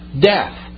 Death